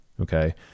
Okay